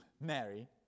Mary